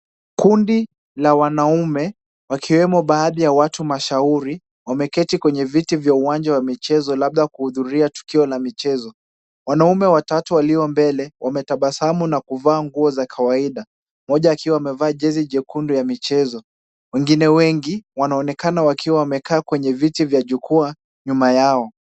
Kundi la wanaume wakiwemo baadhi ya watu mashauri, wameketi kwenye viti vya uwanja wa michezo labda kuhudhuria tukio la michezo. Wanaume watatu waliombele wametabasamu na kuvaa nguo za kawaida mmoja akiwa amevalia jezi jekundu ya michezo, wengine wengi wanaonekana wakiwa wamekaa kwenye viti vya jukwaa nyuma yao.